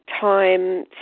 time